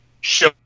show